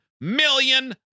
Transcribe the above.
million